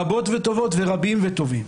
רבות וטובות, רבים וטובים.